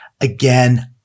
Again